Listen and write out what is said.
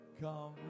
Come